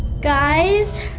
guys.